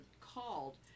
called